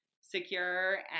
secure